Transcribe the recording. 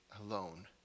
alone